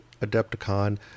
Adepticon